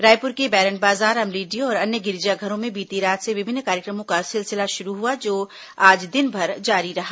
रायपुर के बैरन बाजार अमलीडीह और अन्य गिरजाघरों में बीती रात से विभिन्न कार्यक्रमों का सिलसिला शुरू हुआ जो आज दिनभर जारी रहा